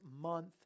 month